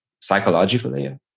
psychologically